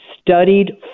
studied